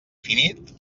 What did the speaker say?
finit